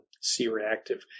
C-reactive